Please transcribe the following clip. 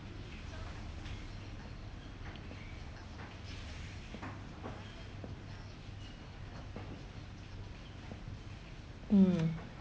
mm